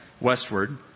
westward